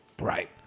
Right